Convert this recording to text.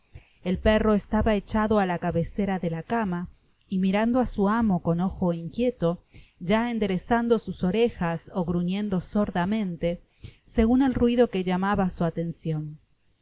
el perro estaba echado á la cabecera de la cama y mirando á su amo con ojo inquieto ya enderezando sus orejas ó gruñendo sordamente segun el ruido que llamaba su atencion